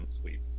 sweep